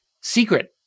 secret